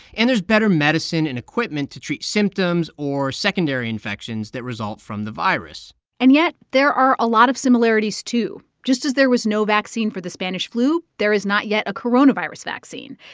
and there's better medicine and equipment to treat symptoms or secondary infections that result from the virus and yet, there are a lot of similarities, too. just as there was no vaccine for the spanish flu, there is not yet a coronavirus vaccine.